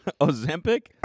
Ozempic